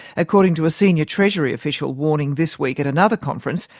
according to a senior treasury official warning this week at another conference,